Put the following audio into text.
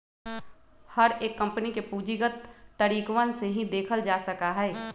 हर एक कम्पनी के पूंजीगत तरीकवन से ही देखल जा सका हई